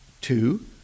two